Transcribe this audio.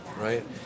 right